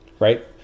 right